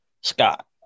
Scott